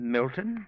Milton